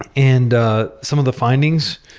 and ah some of the findings,